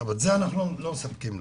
אבל את זה אנחנו לא מספקים להן.